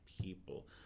people